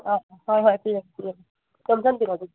ꯑꯥ ꯍꯣꯏ ꯍꯣꯏ ꯄꯤꯔꯛꯀꯦ ꯄꯤꯔꯛꯀꯦ ꯌꯣꯝꯁꯤꯟꯕꯤꯔꯣ ꯑꯗꯨꯗꯤ